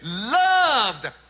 loved